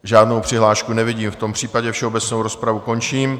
Žádnou přihlášku nevidím, v tom případě všeobecnou rozpravu končím.